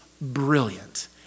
brilliant